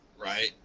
right